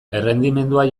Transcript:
errendimendua